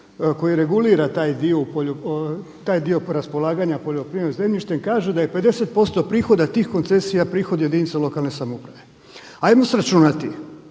koji regulira taj dio raspolaganja poljoprivrednim zemljištem kaže da je 50% prihoda tih koncesija, prihod jedinica lokalne samouprave. Hajmo sračunati.